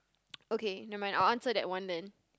okay never mind I will answer that one then